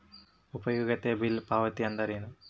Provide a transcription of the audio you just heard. ಉಪಯುಕ್ತತೆ ಬಿಲ್ ಪಾವತಿ ಅಂದ್ರೇನು?